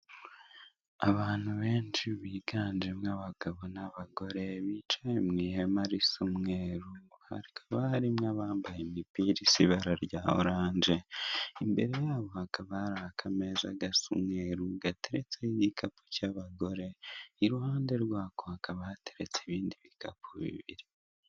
Abantu benshi biganjemo abagabo n' abagore bicaye mu ihema risa umweru hakaba harimo abambaye imipira isa orange, imbere yabo hakaba hari akameza gasa umweru gateretseho ibikapu by' abagore iruhande rwako hakaba hateretse ibindi bikapu bibiri.